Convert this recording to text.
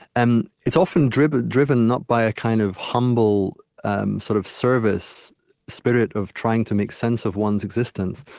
and it's often driven driven not by a kind of humble um sort of service spirit of trying to make sense of one's existence,